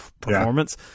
performance